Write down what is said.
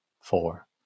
four